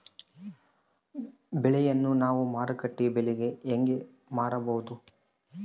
ಬೆಳೆಯನ್ನ ನಾವು ಮಾರುಕಟ್ಟೆ ಬೆಲೆಗೆ ಹೆಂಗೆ ಮಾರಬಹುದು?